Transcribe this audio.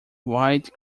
wide